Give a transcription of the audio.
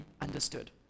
understood